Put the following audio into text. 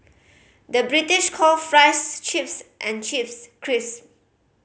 the British call fries chips and chips crisp